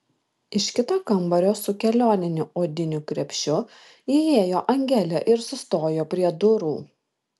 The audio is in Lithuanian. iš kito kambario su kelioniniu odiniu krepšiu įėjo angelė ir sustojo prie durų